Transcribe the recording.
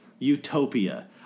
Utopia